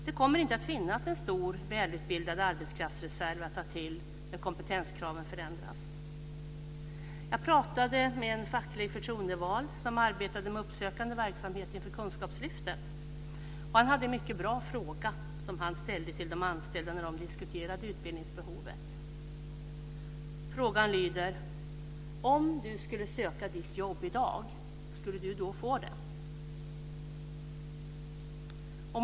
Det kommer inte att finnas en stor, välutbildad arbetskraftsreserv att ta till när kompetenskraven förändras. Jag pratade med en fackligt förtroendevald som arbetade med uppsökande verksamhet inför Kunskapslyftet. Han hade en mycket bra fråga som han ställde till de anställda när de diskuterade utbildningsbehovet. Frågan lyder: Om du skulle söka ditt jobb i dag, skulle du då få det?